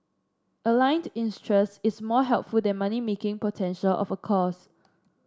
aligned interest is more helpful than money making potential of a course